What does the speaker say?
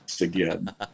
again